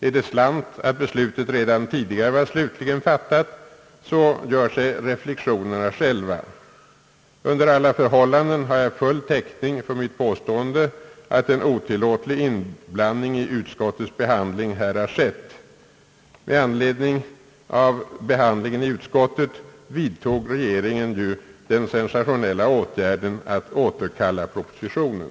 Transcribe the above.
Är det sant att beslutet redan tidigare var fattat, så gör sig reflexionerna själva. Under alla förhållanden har jag full täckning för mitt påstående, att en otillåtlig inblandning i utskottets behandling här har skett. Med anledning av behandlingen i utskottet vidtog ju regeringen den sensationella åtgärden att återkalla propositionen.